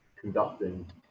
conducting